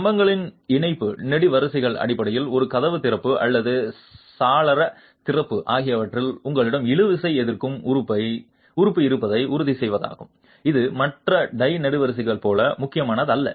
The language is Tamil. ஜம்ப்களில் இணைப்பு நெடுவரிசைகள் அடிப்படையில் ஒரு கதவு திறப்பு அல்லது சாளர திறப்பு ஆகியவற்றில் உங்களிடம் இழுவிசை எதிர்க்கும் உறுப்பு இருப்பதை உறுதி செய்வதாகும் இது மற்ற டை நெடுவரிசைகளைப் போல முக்கியமானதல்ல